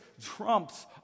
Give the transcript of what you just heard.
trumps